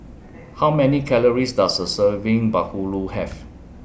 How Many Calories Does A Serving Bahulu Have